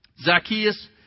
Zacchaeus